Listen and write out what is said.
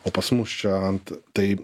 o pas mus čia ant tai